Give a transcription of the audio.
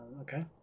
Okay